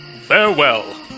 farewell